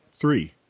three